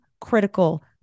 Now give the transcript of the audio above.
critical